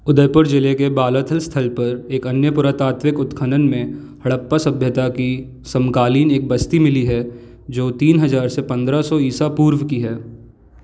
उदयपुर ज़िले के बालाथल स्थल पर एक अन्य पुरातात्विक उत्खनन में हड़प्पा सभ्यता की समकालीन एक बस्ती मिली है जो तीन हज़ार से पंद्रह सौ ईसा पूर्व की है